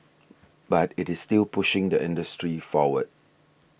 but it is still pushing the industry forward